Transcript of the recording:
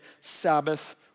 Sabbath